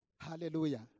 Hallelujah